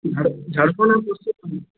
ঝাড়খন্ড আর পশ্চিমবঙ্গে